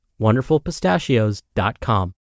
WonderfulPistachios.com